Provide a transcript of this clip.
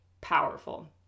powerful